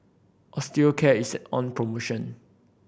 Osteocare is on promotion